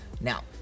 Now